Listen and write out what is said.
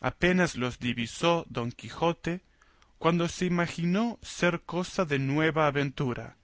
apenas los divisó don quijote cuando se imaginó ser cosa de nueva aventura